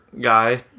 guy